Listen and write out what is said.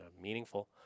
meaningful